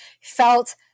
felt